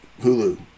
Hulu